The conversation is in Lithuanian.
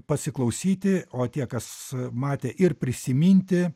pasiklausyti o tie kas matė ir prisiminti